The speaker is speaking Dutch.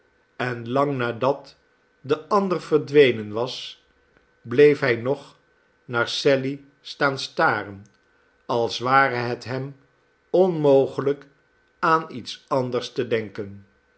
en lang nadat de ander verdwenen was bleef hij nog naar sally staan staren als ware het hem onmogelijk aan iets anders te denken